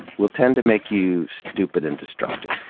will tend to make you stupid and destructive.